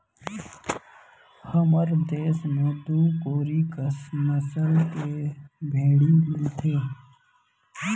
हमर देस म दू कोरी कस नसल के भेड़ी मिलथें